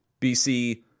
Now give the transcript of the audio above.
BC